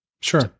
Sure